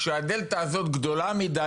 כשהדלתא הזאת גדולה מדי,